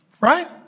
right